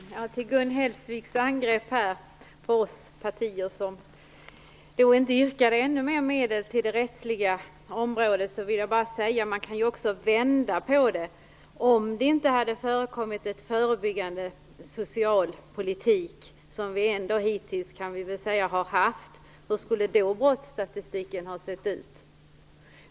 Fru talman! Till Gun Hellsvik, som angrep de partier som inte yrkade på ännu mer medel till det rättsliga området, vill jag bara säga att man kan vända på detta. Om det inte hade förekommit en förebyggande social politik, som vi väl ändå kan säga att vi har haft, hur skulle brottsstatistiken då ha sett ut?